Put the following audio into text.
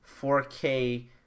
4K